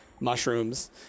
mushrooms